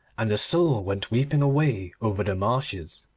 and the soul went weeping away over the marshes.